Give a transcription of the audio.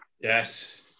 Yes